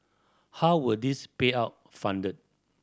how were these payout funded